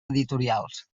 editorials